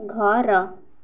ଘର